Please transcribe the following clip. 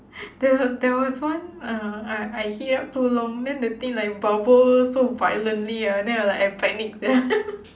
there w~ there was one uh I I heat up too long then the thing like bubble so violently ah and then like I panic sia